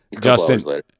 Justin